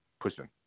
pushing